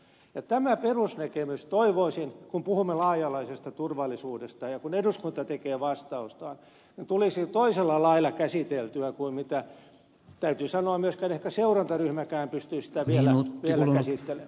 toivoisin että tämä perusnäkemys kun puhumme laaja alaisesta turvallisuudesta ja kun eduskunta tekee vastaustaan tulisi toisella lailla käsiteltyä kuin täytyy sanoa ehkä myös seurantaryhmäkään pystyisi sitä vielä käsittelemään